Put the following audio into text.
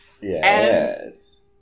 yes